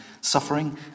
suffering